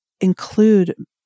include